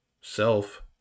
self